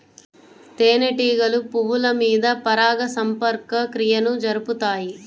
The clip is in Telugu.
తేనెటీగలు పువ్వుల మీద పరాగ సంపర్క క్రియను జరుపుతాయి